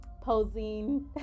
posing